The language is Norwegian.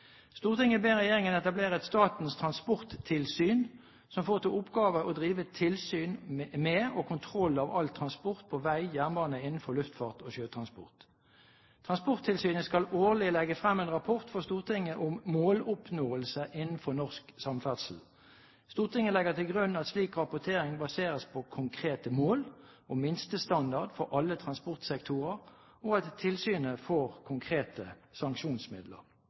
Stortinget legger til grunn at veiene jevnlig blir målt av tilsynsmyndighet ihht. fastlagt standard, og at brudd på krav møtes med sanksjoner.» Forslag 3: «Stortinget ber regjeringen etablere et statens transporttilsyn som får til oppgave å drive tilsyn med og kontroll av all transport på vei, jernbane, innenfor luftfart og sjøtransport. Transporttilsynet skal årlig legge frem en rapport for Stortinget om måloppnåelse innenfor norsk samferdsel. Stortinget legger til grunn at slik rapportering baseres på